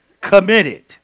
committed